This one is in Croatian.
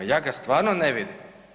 Ja ga stvarno ne vidim.